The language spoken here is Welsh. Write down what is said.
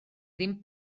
ddim